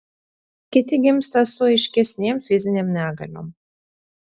kiti gimsta su aiškesnėm fizinėm negaliom